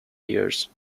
years